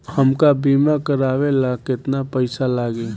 हमका बीमा करावे ला केतना पईसा लागी?